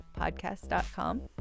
podcast.com